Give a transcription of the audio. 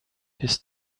his